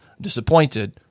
disappointed